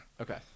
Okay